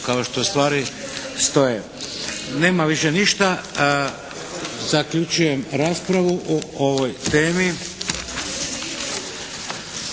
kao što stvari stoje. Nema više ništa. Zaključujem raspravu o ovoj temi.